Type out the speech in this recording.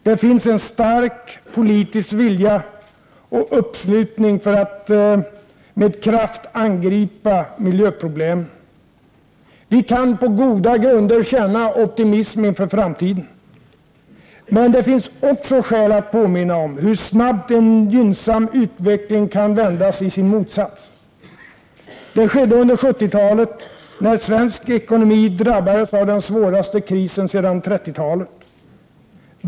Det finns en stark politisk vilja och uppslutning för att med kraft angripa miljöproblemen. Vi kan på goda grunder känna optimism inför framtiden. Men det finns också skäl att påminna om hur snabbt en gynnsam utveckling kan vändas i sin motsats. Det skedde under 70-talet, när svensk ekonomi drabbades av den svåraste krisen sedan 30-talet.